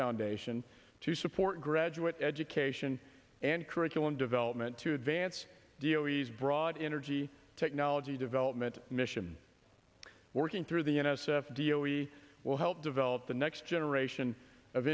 foundation to support graduate education and curriculum development to advance the always brought energy technology development mission working through the n s f d o we will help develop the next generation of